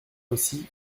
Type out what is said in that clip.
aussi